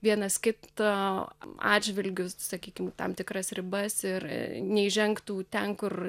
vienas kito atžvilgiu sakykim tam tikras ribas ir neįžengtų ten kur